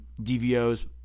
DVO's